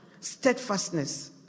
steadfastness